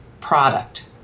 product